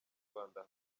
rwanda